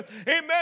amen